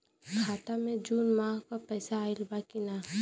खाता मे जून माह क पैसा आईल बा की ना?